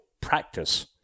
practice